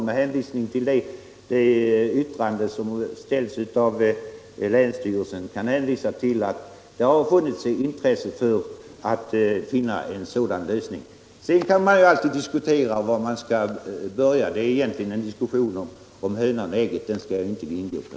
Med åberopande av det yttrande som gjorts av länsstyrelsen kan jag hänvisa till att det har funnits intresse att finna en sådan lösning. Sedan kan man alltid diskutera var man skall börja — det är egentligen en diskussion om hönan och ägget, och den skall jag inte gå in på.